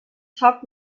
top